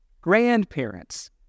grandparents